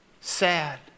sad